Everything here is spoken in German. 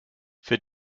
für